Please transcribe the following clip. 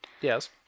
Yes